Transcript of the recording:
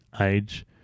age